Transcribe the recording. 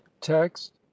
text